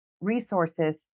resources